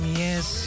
yes